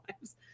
lives